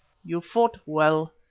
you fought well,